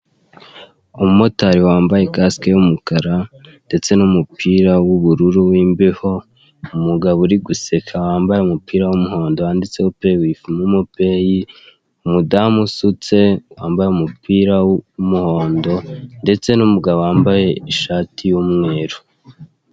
Umumotari wambaye kasike y'umukara, ndetse n'umupira w'ubururu, w'imbeho, umugabo uri guseka, wamabye umupira w'umuhondo, wanditseho peyi wivu momo peyi, umudamu usutse, wamabye umupira w'umuhondo, ndetse n'umugabo wambaye ishati y'umweru.